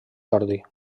jordi